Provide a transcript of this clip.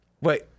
Wait